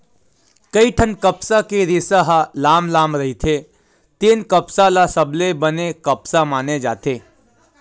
कइठन कपसा के रेसा ह लाम लाम रहिथे तेन कपसा ल सबले बने कपसा माने जाथे